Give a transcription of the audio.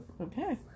Okay